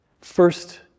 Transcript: First